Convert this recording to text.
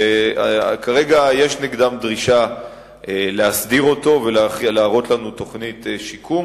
וכרגע יש נגדם דרישה להסדיר אותו ולהראות לנו תוכנית שיקום.